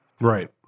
Right